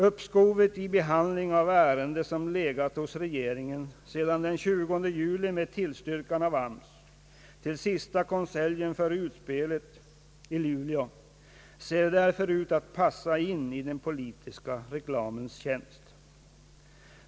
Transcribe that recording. Uppskovet i behandlingen av ärenden, som legat hos regeringen sedan den 20 juli med tillstyrkan av arbetsmarknadsstyrelsen, till den sista konseljen före utspelet i Luleå, ser därför ut att passa in i den politiska reklamens tjänst.